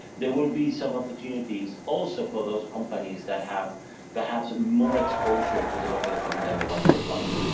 there will be some opportunities also for those companies that have perhaps more exposure to the local economy than the one you would like.